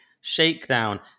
shakedown